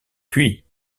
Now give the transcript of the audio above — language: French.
puis